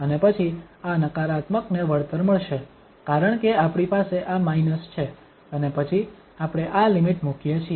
અને પછી આ નકારાત્મકને વળતર મળશે કારણ કે આપણી પાસે આ માઇનસ છે અને પછી આપણે આ લિમિટ મૂકીએ છીએ